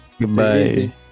Goodbye